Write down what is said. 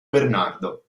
bernardo